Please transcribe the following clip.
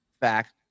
fact